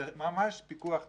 זה ממש פיקוח נפש.